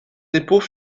dépôts